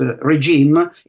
regime